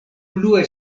plue